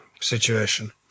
situation